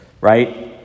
right